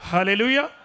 Hallelujah